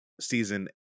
season